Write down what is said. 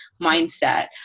mindset